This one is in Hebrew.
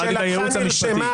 שאלתי את הייעוץ המשפטי.